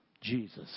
Jesus